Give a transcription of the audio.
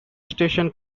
station